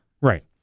Right